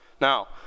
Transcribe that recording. now